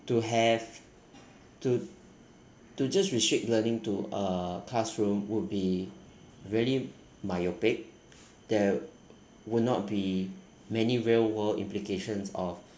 to have to to just restrict learning to a classroom would be very myopic there would not be many real world implications of